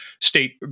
state –